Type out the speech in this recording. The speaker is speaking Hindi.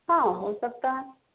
हाँ हो सकता है